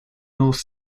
north